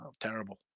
Terrible